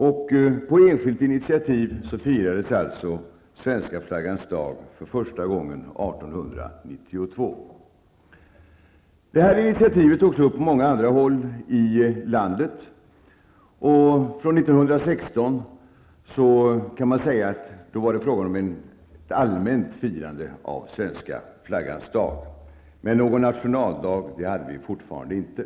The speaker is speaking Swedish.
På enskilt initiativ firades alltså svenska flaggans dag för första gången 1892. Det här initiativet togs upp på många andra håll i landet, och man kan säga att det från år 1916 var fråga om ett allmänt firande av svenska flaggans dag, men någon nationaldag hade vi då fortfarande inte.